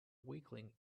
weakling